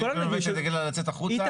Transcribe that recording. בסעיף 3 (ב') תגיד לה לצאת החוצה?